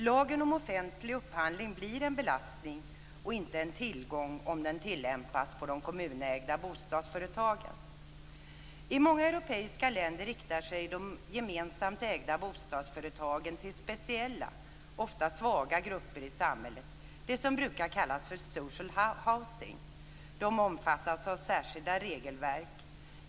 Lagen om offentlig upphandling blir en belastning och inte en tillgång om den tillämpas på de kommunägda bostadsföretagen. I många europeiska länder riktar sig de gemensamt ägda bostadsföretagen till speciella, ofta svaga, grupper i samhället - det som brukar kallas social housing. De omfattas av särskilda regelverk.